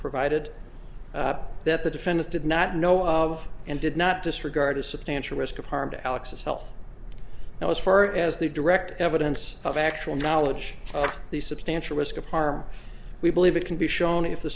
provided that the defendant did not know of and did not disregard a substantial risk of harm to alex's health now as far as the direct evidence of actual knowledge of the substantial risk of harm we believe it can be shown if the